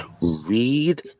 Read